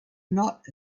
not